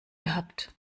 gehabt